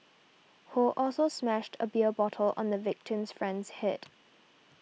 Ho also smashed a beer bottle on the victim's friend's head